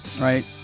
right